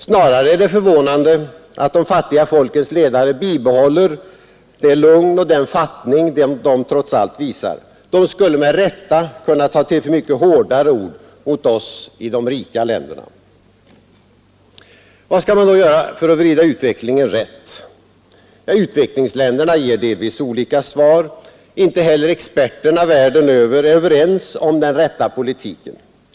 Snarare är det förvånande att de fattiga folkens ledare bibehåller det lugn och den fattning som de trots allt visar. De skulle med rätta kunna ta till mycket hårdare ord mot oss i de rika länderna. Vad skall man då göra för att vrida utvecklingen rätt? Utvecklingsländerna ger delvis olika svar. Inte heller experterna världen runt är överens om den rätta politiken.